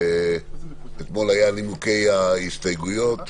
אתמול היו נימוקי ההסתייגויות,